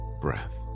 breath